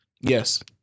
Yes